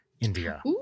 India